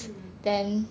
mm